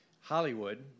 Hollywood